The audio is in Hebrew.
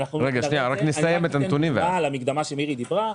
אני רק אתן דוגמה על המקדמה שמירי ציינה.